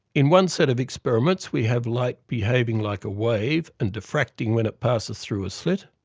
in one set of experiments we have light behaving like a wave and diffracting when it passes through a slit,